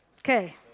Okay